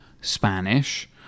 spanish